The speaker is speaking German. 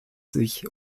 sich